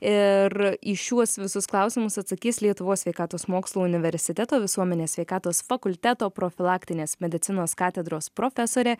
ir į šiuos visus klausimus atsakys lietuvos sveikatos mokslų universiteto visuomenės sveikatos fakulteto profilaktinės medicinos katedros profesorė